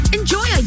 enjoy